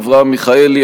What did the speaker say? אברהם מיכאלי,